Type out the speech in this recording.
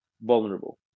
vulnerable